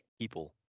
people